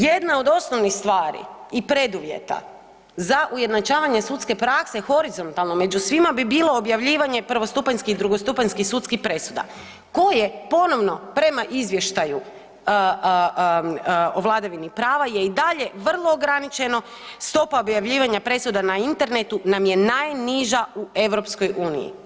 Jedna od osnovnih stvari i preduvjeta za ujednačavanje sudske prakse horizontalo među svima bi bilo objavljivanje prvostupanjskih i drugostupanjskih sudskih presuda koje ponovno prema izvještaju o vladavini prava je i dalje vrlo ograničeno, stopa objavljivanja presuda na internetu nam je najniža u EU.